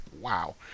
Wow